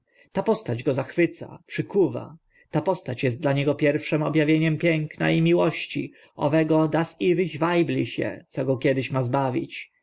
ta postać go zachwyca przykuwa ta postać est dla niego pierwszym ob awieniem piękności i miłości owego das ewig weibliche co go kiedyś ma zbawić